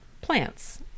plants